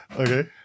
Okay